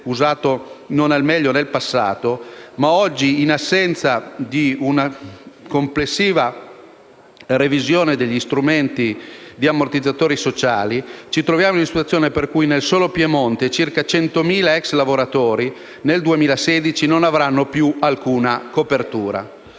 usato non al meglio nel passato. Oggi, però, in assenza di una complessiva revisione degli strumenti degli ammortizzatori sociali, ci troviamo in una situazione per cui, nel solo Piemonte, circa 100.000 ex lavoratori nel 2016 non avranno più alcuna copertura.